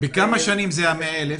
בכמה שנים חילקתם 100,000?